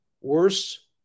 worse